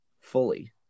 fully